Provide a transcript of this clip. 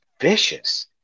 vicious